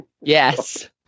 Yes